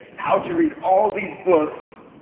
how to read all these books,